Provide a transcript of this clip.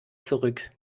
zurück